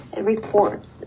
reports